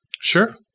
Sure